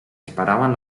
esperaven